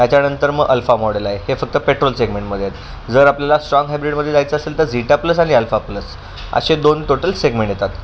त्याच्यानंतर मग alpha model आहे हे फक्त पेट्रोल सेगमेंटमध्ये आहेत जर आपल्याला स्ट्राँग हायब्रिडमध्ये जायचं असेल तर झीटा प्लस आणि अल्फा प्लस असे दोन टोटल सेगमेंट येतात